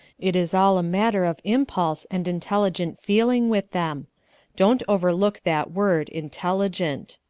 it is all a matter of impulse and intelligent feeling with them don't overlook that word intelligent.